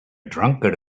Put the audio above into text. drunkard